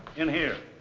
in here.